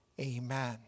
Amen